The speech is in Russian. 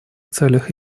целях